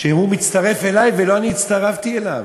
שהוא מצטרף אלי ולא אני הצטרפתי אליו.